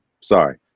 Sorry